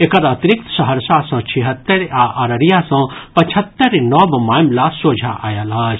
एकर अतिरिक्त सहरसा सँ छिहत्तरि आ अररिया सँ पचहत्तरि नव मामिला सोझा आयल अछि